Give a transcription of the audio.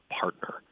partner